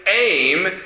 aim